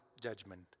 judgment